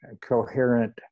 coherent